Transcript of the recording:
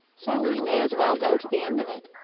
so we may as well go to the end of it.